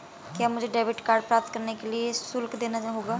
क्या मुझे debit card प्राप्त करने के लिए शुल्क देना होगा?